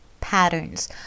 patterns